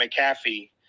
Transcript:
mcafee